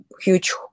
huge